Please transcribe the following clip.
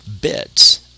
bits